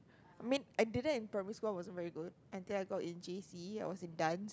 I mean I didn't in primary school I wasn't very good until I got in J_C I was in dance